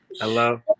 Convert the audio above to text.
hello